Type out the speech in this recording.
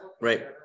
Right